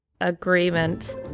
agreement